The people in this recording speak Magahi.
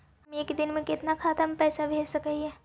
हम एक दिन में कितना खाता में पैसा भेज सक हिय?